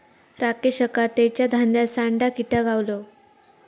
राकेशका तेच्या धान्यात सांडा किटा गावलो